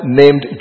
named